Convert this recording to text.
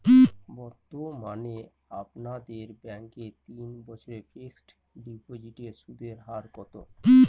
বর্তমানে আপনাদের ব্যাঙ্কে তিন বছরের ফিক্সট ডিপোজিটের সুদের হার কত?